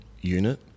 unit